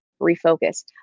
refocus